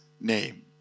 name